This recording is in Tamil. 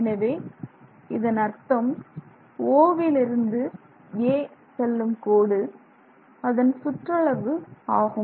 எனவே இதன் அர்த்தம் O விலிருந்து A செல்லும் கோடு அதன் சுற்றளவு ஆகும்